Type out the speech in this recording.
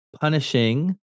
punishing